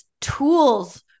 tools